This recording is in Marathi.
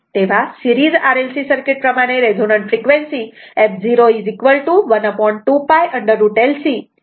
तेव्हा सेरीज RLC सर्किट प्रमाणे resonant frequency f 012 𝝅√L C Hz आहे